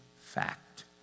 fact